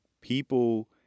people –